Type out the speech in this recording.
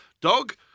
Dog